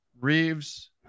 Reeves